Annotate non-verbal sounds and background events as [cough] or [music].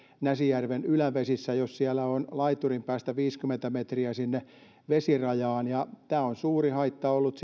näsijärven ylävesissä jos siellä on laiturin päästä viisikymmentä metriä vesirajaan tämä on ollut [unintelligible]